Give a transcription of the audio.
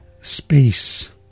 space